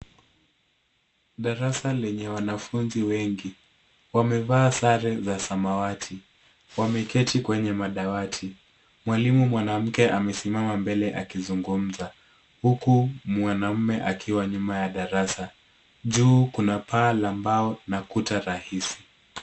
Darasa lenye wanafunzi wengi. Wamevaa sare za samawati, wameketi kwenye madawati. Mwalimu mwanamke amesimama mbele akizungumza huku mwanamume akiwa nyuma ya darasa. Juu kuna paa la mbao na kuta rahisi.